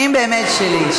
באמת שכנים שלי.